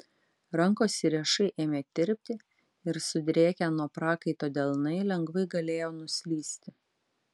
rankos ir riešai ėmė tirpti ir sudrėkę nuo prakaito delnai lengvai galėjo nuslysti